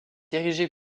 érigé